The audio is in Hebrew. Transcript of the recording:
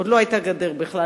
עוד לא היתה גדר בכלל.